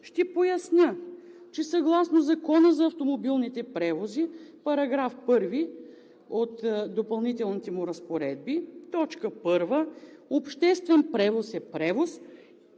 ще поясня, че съгласно Закона за автомобилните превози –§ 1 от Допълнителните разпоредби, т. 1: „Обществен превоз“ е превоз,